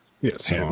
yes